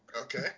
Okay